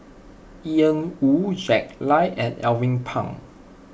Yan Woo Jack Lai and Alvin Pang